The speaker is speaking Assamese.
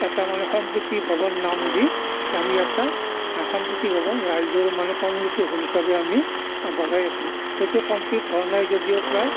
এটা মানে সম্প্ৰীতি ভৱন নাম দি আমি এটা আ সম্প্ৰীতি ভৱন ৰাইজৰ মানে কমিউনিটী হল হিচাপে আমি বনাই আছোঁ সেইটো কমপ্লিট হোৱা নাই যদিও প্ৰায়